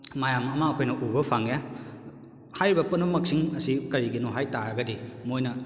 ꯃꯌꯥꯝ ꯑꯃ ꯑꯩꯈꯣꯏꯅ ꯎꯕ ꯐꯪꯉꯦ ꯍꯥꯏꯔꯤꯕ ꯄꯨꯝꯅꯃꯛꯁꯤꯡ ꯑꯁꯤ ꯀꯔꯤꯒꯤꯅꯣ ꯍꯥꯏꯇꯥꯔꯒꯗꯤ ꯃꯣꯏꯅ